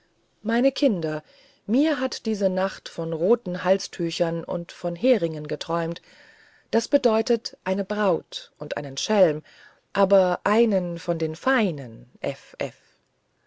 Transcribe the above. meine kinder mir hat diese nacht von roten halstüchern und von heringen geträumt das bedeutet eine braut und einen schelm aber einen von den feinen